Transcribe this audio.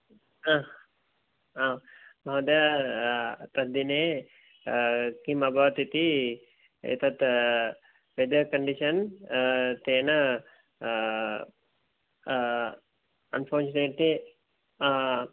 महोदय तद्दिने किम् अभवत् इति एतत् वेदर् कण्डिषन् तेन अन्फार्चुनेट्ली